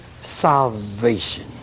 salvation